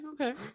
okay